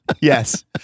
Yes